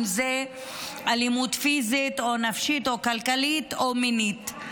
אם זו אלימות פיזית או נפשית או כלכלית או מינית.